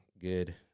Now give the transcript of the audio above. good